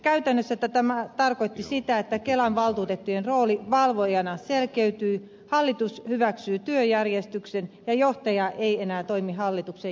käytännössä tämä tarkoitti sitä että kelan valtuutettujen rooli valvojana selkeytyi hallitus hyväksyy työjärjestyksen ja johtaja ei enää toimi hallituksen jäsenenä